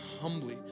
humbly